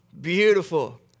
beautiful